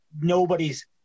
nobody's